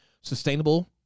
sustainable